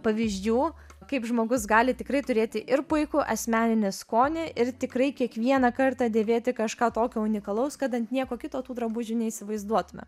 pavyzdžių kaip žmogus gali tikrai turėti ir puikų asmeninį skonį ir tikrai kiekvieną kartą dėvėti kažką tokio unikalaus kad ant nieko kito tų drabužių neįsivaizduotume